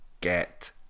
get